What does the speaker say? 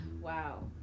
Wow